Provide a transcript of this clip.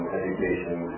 education